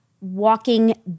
walking